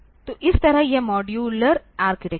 तो इस तरह यह मॉड्यूलर आर्किटेक्चर है